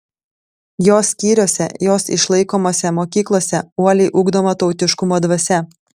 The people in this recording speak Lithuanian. jos skyriuose jos išlaikomose mokyklose uoliai ugdoma tautiškumo dvasia